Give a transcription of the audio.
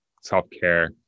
self-care